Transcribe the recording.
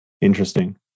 Interesting